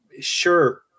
sure